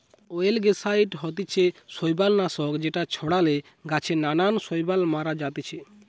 অয়েলগেসাইড হতিছে শৈবাল নাশক যেটা ছড়ালে গাছে নানান শৈবাল মারা জাতিছে